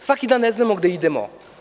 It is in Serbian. Svaki dan ne znamo gde idemo.